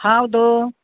ಹೌದು